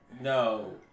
No